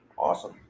Awesome